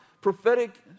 prophetic